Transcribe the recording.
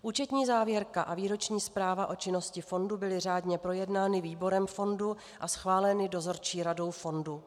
Účetní závěrka a výroční zpráva o činnosti fondu byly řádně projednány výborem fondu a schváleny dozorčí radou fondu.